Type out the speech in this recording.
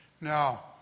Now